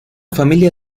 familia